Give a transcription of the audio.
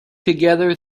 together